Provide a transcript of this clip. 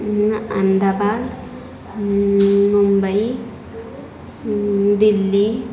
Ahmedabad Mumbai Delhi